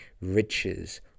riches